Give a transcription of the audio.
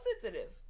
sensitive